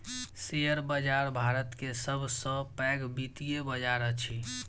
share बाजार भारत के सब सॅ पैघ वित्तीय बजार अछि